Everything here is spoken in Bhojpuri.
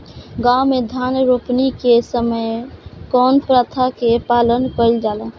गाँव मे धान रोपनी के समय कउन प्रथा के पालन कइल जाला?